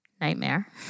nightmare